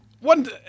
One